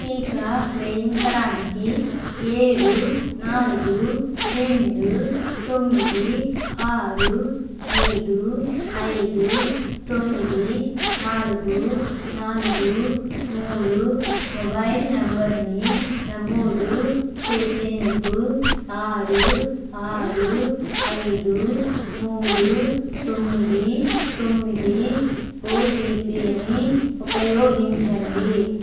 టీకా వేయించడానికి ఏడు నాలుగు రెండు తొమ్మిది ఆరు ఐదు ఐదు తొమ్మిది నాలుగు నాలుగు మూడు మొబైల్ నంబర్ని నమోదు చేసేందుకు ఆరు ఆరు ఐదు మూడు తొమ్మిది తొమ్మిది ఓటీపీని ఉపయోగించండి